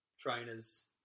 trainers